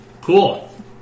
Cool